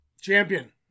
Champion